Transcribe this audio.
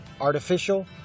artificial